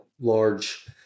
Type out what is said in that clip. large